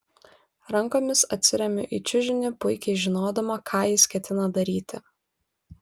rankomis atsiremiu į čiužinį puikiai žinodama ką jis ketina daryti